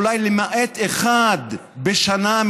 אולי למעט אחד בשנה,